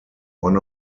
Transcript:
one